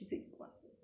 no no no